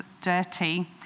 dirty